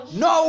no